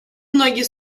многие